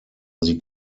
sie